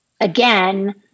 again –